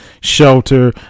shelter